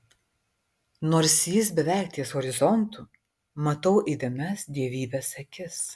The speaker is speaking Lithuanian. nors jis beveik ties horizontu matau įdėmias dievybės akis